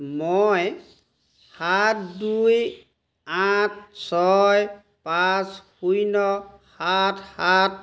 মই সাত দুই আঠ ছয় পাঁচ শূন্য সাত সাত